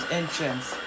entrance